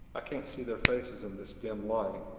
i can't see their faces in this dim light.